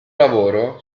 lavoro